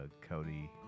Cody